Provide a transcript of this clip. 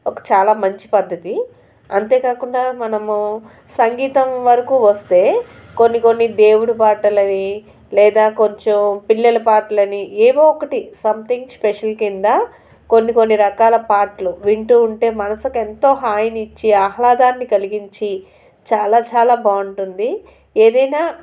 ఒక చాలా మంచి పద్ధతి అంతేకాకుండా మనము సంగీతం వరకు వస్తే కొన్ని కొన్ని దేవుడు పాటలని లేదా కొంచెం పిల్లల పాటలని ఏవో ఒకటి సంథింగ్ స్పెషల్ క్రింద కొన్ని కొన్ని రకాల పాటలు వింటూ ఉంటే మనసుకు ఎంతో హాయిని ఇచ్చి ఆహ్లాదాన్ని కలిగించి చాలా చాలా బాగుంటుంది ఏదైనా